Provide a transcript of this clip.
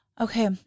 Okay